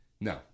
No